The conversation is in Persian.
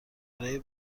برای